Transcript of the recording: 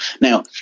Now